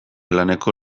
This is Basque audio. laneko